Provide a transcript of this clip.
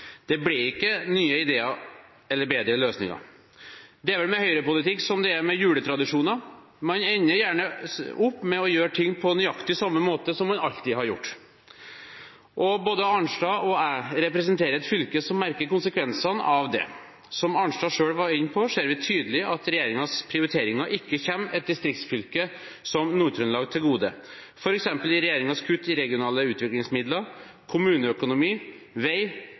Det ble ikke nye ideer eller bedre løsninger. Det er vel med høyrepolitikk som det er med juletradisjoner: Man ender gjerne opp med å gjøre ting på nøyaktig samme måte som man alltid har gjort. Både Arnstad og jeg representerer et fylke som merker konsekvensene av det. Som Arnstad selv var inne på, ser vi tydelig at regjeringens prioriteringer ikke kommer et distriktsfylke som Nord-Trøndelag til gode, f.eks. i regjeringens kutt i regionale utviklingsmidler, kommuneøkonomi, vei